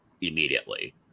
immediately